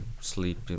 sleep